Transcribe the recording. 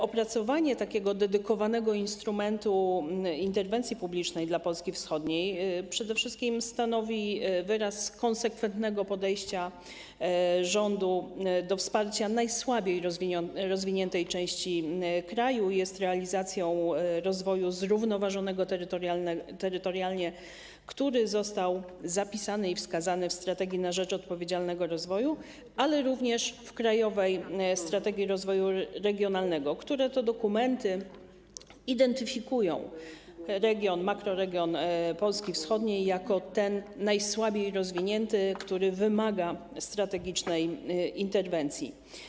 Opracowanie takiego dedykowanego instrumentu interwencji publicznej dla Polski wschodniej przede wszystkim stanowi wyraz konsekwentnego podejścia rządu do wsparcia najsłabiej rozwiniętej części kraju i jest realizacją rozwoju zrównoważonego terytorialnie, który został zapisany i wskazany w „Strategii na rzecz odpowiedzialnego rozwoju”, ale również w „Krajowej strategii rozwoju regionalnego”, które to dokumenty identyfikują makroregion Polski wschodniej jako ten najsłabiej rozwinięty, który wymaga strategicznej interwencji.